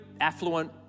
affluent